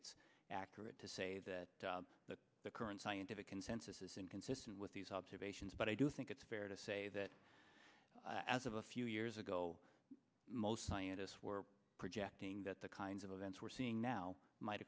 it's accurate to say that the current scientific consensus is inconsistent with these observations but i do think it's fair to say that as of a few years ago most scientists were projecting that the kinds of events we're seeing now might